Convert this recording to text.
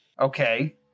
okay